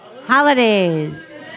Holidays